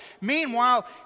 Meanwhile